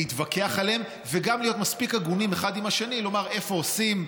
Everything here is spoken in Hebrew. להתווכח עליהם וגם להיות מספיק הגונים אחד עם השני לומר איפה עושים,